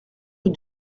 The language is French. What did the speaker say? rue